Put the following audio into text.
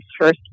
first